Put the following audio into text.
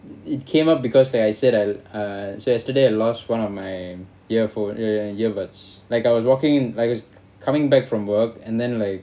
i~ it came up because like I said I'll ah so yesterday I lost one of my earphone e~ earbuds like I was walking lik~ coming back from work and then like